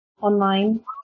online